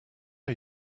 are